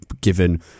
given